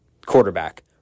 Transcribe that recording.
Quarterback